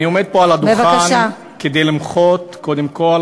אני עומד פה על הדוכן כדי למחות קודם כול